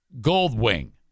Goldwing